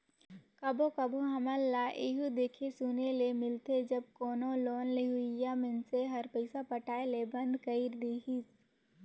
कभों कभों हमन ल एहु देखे सुने ले मिलथे जब कोनो लोन लेहोइया मइनसे हर पइसा पटाए ले बंद कइर देहिस